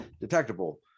detectable